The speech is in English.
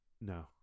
No